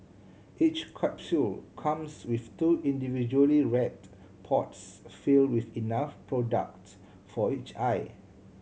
each capsule comes with two individually wrapped pods fill with enough product for each eye